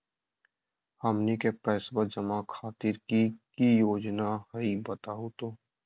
हमनी के पैसवा जमा खातीर की की योजना हई बतहु हो?